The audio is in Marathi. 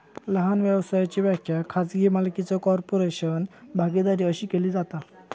लहान व्यवसायाची व्याख्या खाजगी मालकीचो कॉर्पोरेशन, भागीदारी अशी केली जाता